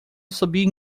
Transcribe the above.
sabiam